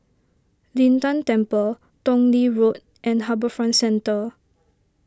Lin Tan Temple Tong Lee Road and HarbourFront Centre